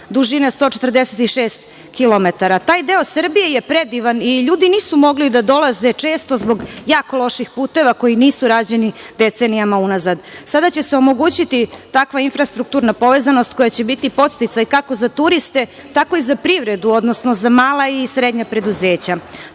dužine 146 kilometara. Taj deo Srbije je predivan i ljudi nisu mogli da dolaze često zbog jako loših puteva koji nisu rađeni decenijama unazad. Sada će se omogućiti takva infrastrukturna povezanost koja će biti podsticaj kako za turiste, tako i za privredu, odnosno za mala i srednja preduzeća.